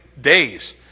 days